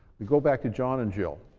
we go back to john and jill.